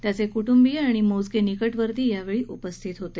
त्याचे कूटूंबीय आणि मोजके निकटवर्ती यावेळी उपस्थित होते